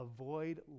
Avoid